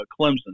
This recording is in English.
Clemson